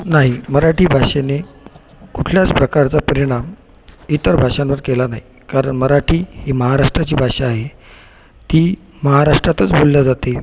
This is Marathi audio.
नाही मराठी भाषेने कुठल्याच प्रकारचा परिणाम इतर भाषांवर केला नाही कारण मराठी ही महाराष्ट्राची भाषा आहे ती महाराष्ट्रातच बोलली जाते